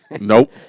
Nope